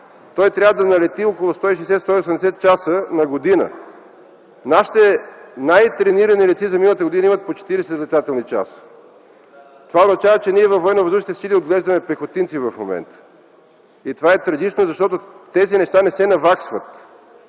той трябва да лети около 160-180 часа на година. Нашите най-тренирани летци за миналата година имат по 40 летателни часа. Това означава, че ние във Военновъздушните сили в момента отглеждаме пехотинци. Това е трагично, защото тези неща не се наваксват.